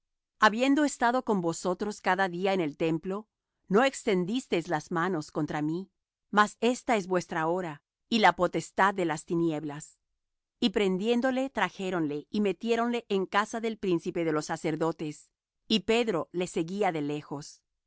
habiendo estado con vosotros cada día en el templo no extendisteis las manos contra mí mas ésta es vuestra hora y la potestad de las tinieblas y prendiéndole trajéronle y metiéronle en casa del príncipe de los sacerdotes y pedro le seguía de lejos